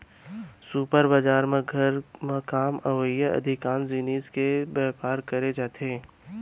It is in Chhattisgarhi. सुपर बजार म घर म काम अवइया अधिकांस जिनिस के बयपार करे जाथे